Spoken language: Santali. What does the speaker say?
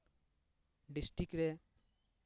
ᱰᱤᱥᱴᱤᱠ ᱨᱮ